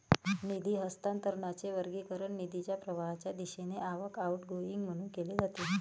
निधी हस्तांतरणाचे वर्गीकरण निधीच्या प्रवाहाच्या दिशेने आवक, आउटगोइंग म्हणून केले जाते